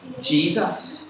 Jesus